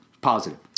positive